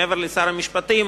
מעבר לשר המשפטים,